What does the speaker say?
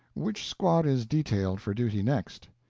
which squad is detailed for duty next?